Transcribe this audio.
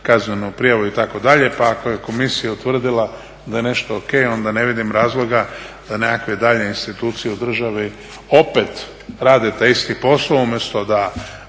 kaznenu prijavu itd. Pa ako je Komisija utvrdila da je nešto o.k. onda ne vidim razloga da nekakve daljnje institucije u državi opet rade taj isti posao umjesto da